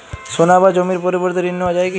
সোনা বা জমির পরিবর্তে ঋণ নেওয়া যায় কী?